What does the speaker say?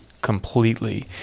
completely